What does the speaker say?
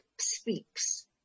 speaks